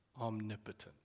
omnipotent